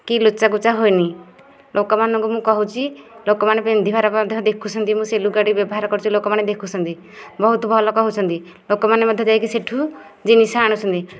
କି ଲୁଚାକୋଚା ହୋଇନି ଲୋକମାନଙ୍କୁ ମୁଁ କହୁଛି ଲୋକମାନେ ପିନ୍ଧିବାର ମଧ୍ୟ ଦେଖୁଛନ୍ତି ମୁଁ ସେହି ଲୁଗାଟି ବ୍ୟବହାର କରୁଛି ଲୋକମାନେ ଦେଖୁଛନ୍ତି ବହୁତ ଭଲ କହୁଛନ୍ତି ଲୋକମାନେ ମଧ୍ୟ ଯାଇକି ସେଇଠୁ ଜିନିଷ ଆଣୁଛନ୍ତି